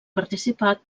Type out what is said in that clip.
participar